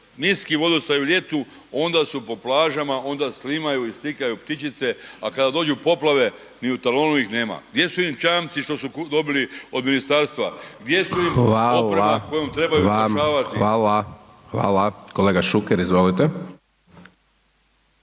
niski vodostaj u ljetu, onda su po plažama, onda snimaju i slikaju ptičice a kada dođu poplave ni u talonu ih nema. Gdje su im čamci što su dobili od ministarstva? Gdje su im oprema kojom trebaju spašavati? **Hajdaš Dončić, Siniša (SDP)** Hvala vam, hvala. Kolega Šuker, izvolite.